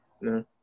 No